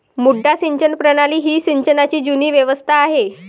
मुड्डा सिंचन प्रणाली ही सिंचनाची जुनी व्यवस्था आहे